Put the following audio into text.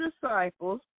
disciples